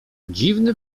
dziwny